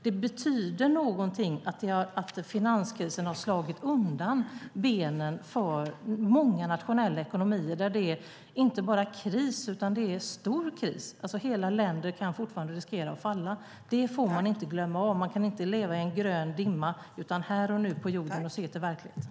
Det betyder någonting att finanskrisen har slagit undan benen för många nationella ekonomier där det inte bara är kris utan stor kris. Hela länder kan fortfarande riskera att falla. Det får man inte glömma. Man kan inte leva i en grön dimma, utan man ska vara här och nu på jorden och se till verkligheten.